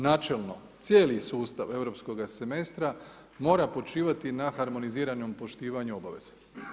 Načelno, cijeli sustav europskoga semestra mora počivati na harmoniziranom poštivanju obaveza.